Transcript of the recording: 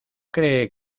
cree